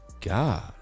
God